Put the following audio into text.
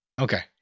Okay